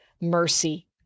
mercy